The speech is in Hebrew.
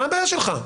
מה הבעיה שלך?